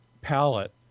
palette